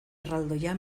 erraldoia